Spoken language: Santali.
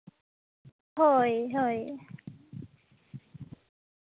ᱦᱳᱭ ᱦᱳᱭ